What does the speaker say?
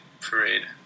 Parade